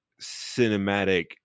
cinematic